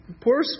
Poor